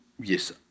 yes